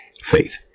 faith